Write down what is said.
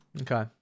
okay